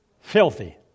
Filthy